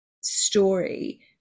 story